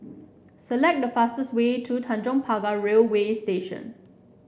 select the fastest way to Tanjong Pagar Railway Station